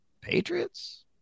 Patriots